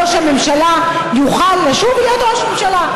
ראש הממשלה יוכל לשוב ולהיות ראש ממשלה.